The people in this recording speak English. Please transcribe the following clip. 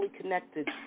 connected